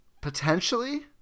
potentially